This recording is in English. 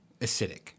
acidic